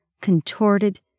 contorted